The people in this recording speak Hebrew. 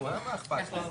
למה אתם חושבים כך או אחרת.